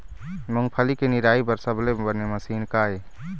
मूंगफली के निराई बर सबले बने मशीन का ये?